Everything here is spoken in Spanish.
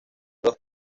los